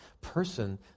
person